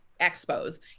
expos